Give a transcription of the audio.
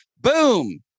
boom